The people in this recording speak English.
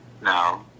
No